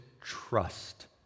trust